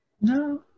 no